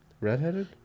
Redheaded